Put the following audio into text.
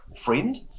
friend